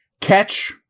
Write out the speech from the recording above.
catch